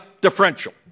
differential